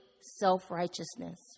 self-righteousness